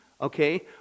okay